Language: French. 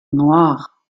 noires